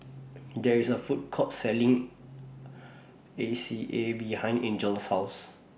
There IS A Food Court Selling A C A behind Angel's House